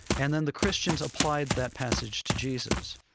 and then the christians applied that passage to jesus.